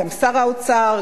גם שר האוצר,